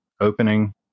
opening